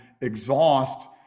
exhaust